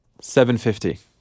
$750